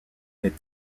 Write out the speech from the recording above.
les